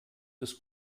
ist